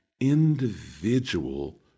individual